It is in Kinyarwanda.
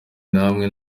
namwe